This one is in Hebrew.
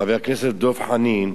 חבר הכנסת דב חנין,